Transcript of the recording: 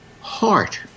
heart